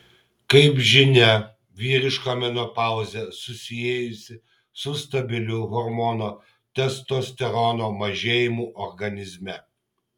kaip žinia vyriška menopauzę susijusi su stabiliu hormono testosterono mažėjimu organizme